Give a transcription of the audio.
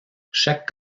chaque